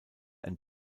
ein